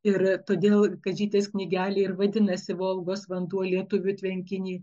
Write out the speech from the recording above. ir todėl kadžytės knygelė ir vadinasi volgos vanduo lietuvių tvenkinį